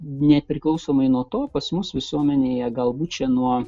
nepriklausomai nuo to pas mus visuomenėje galbūt čia nuo